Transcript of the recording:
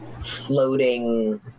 floating